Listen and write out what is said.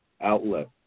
outlet